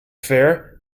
fare